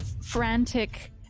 frantic